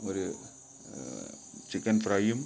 ഒരു ചിക്കൻ ഫ്രയ്യും